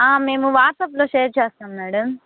మేము వాట్సాప్లో షేర్ చేస్తాం మేడం